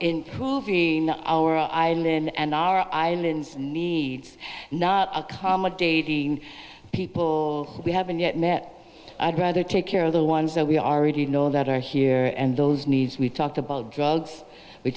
our island and our islands needs not accommodating people we haven't yet met i'd rather take care of the ones that we already know that are here and those needs we talked about drugs we